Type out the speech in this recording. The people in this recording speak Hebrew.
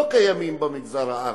לא קיימים במגזר הערבי,